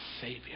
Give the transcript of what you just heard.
Savior